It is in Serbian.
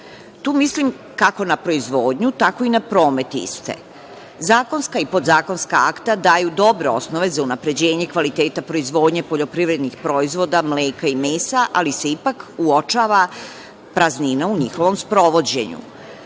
Tu mislim kako na proizvodnju tako i na promet iste. Zakonska i podzakonska akta daju dobre osnove za unapređenje kvaliteta proizvodnje poljoprivrednih proizvoda mleka i mesa, ali se ipak uočava praznina u njihovom sprovođenju.